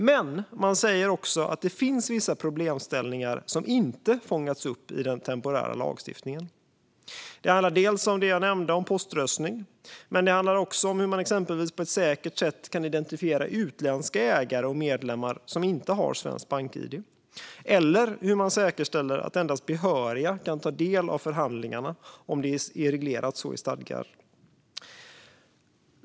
Men man säger också att det finns vissa problemställningar som inte fångats upp i den temporära lagstiftningen. Det handlar om det jag nämnde om poströstning, men det handlar också exempelvis om hur man på ett säkert sätt kan identifiera utländska ägare och medlemmar som inte har svenskt bank-id och om hur man säkerställer att endast behöriga kan ta del av förhandlingarna om det är reglerat så i stadgar. Fru talman!